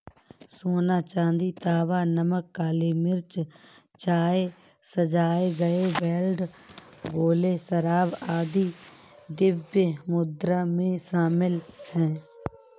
सोना, चांदी, तांबा, नमक, काली मिर्च, चाय, सजाए गए बेल्ट, गोले, शराब, आदि द्रव्य मुद्रा में शामिल हैं